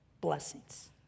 blessings